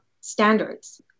standards